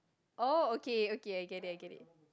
oh okay okay I get it I get it